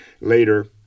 Later